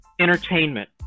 Entertainment